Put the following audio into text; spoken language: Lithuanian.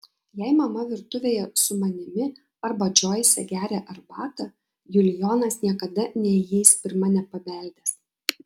jei mama virtuvėje su manimi arba džoise geria arbatą julijonas niekada neįeis pirma nepabeldęs